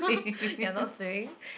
you are not saying